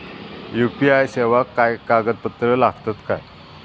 UPI सेवाक काय कागदपत्र लागतत काय?